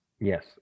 Yes